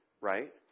right